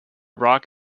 rock